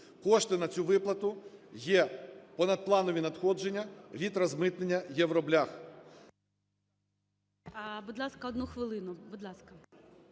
Кошти на цю виплату є понадпланові надходження від розмитнення "євроблях".